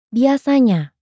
Biasanya